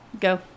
Go